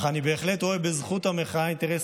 אך אני בהחלט רואה בזכות המחאה אינטרס